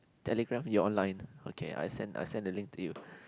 Telegram you're online okay I send I send the link to you